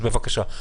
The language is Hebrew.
בבקשה.